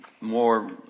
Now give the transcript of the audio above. more